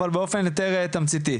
אבל באופן יותר תמציתי.